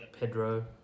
Pedro